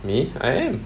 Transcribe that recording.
me I am